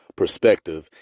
perspective